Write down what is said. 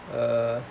uh